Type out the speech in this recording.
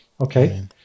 Okay